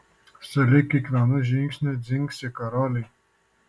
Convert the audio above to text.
sulig kiekvienu žingsniu dzingsi karoliai